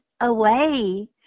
away